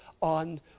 on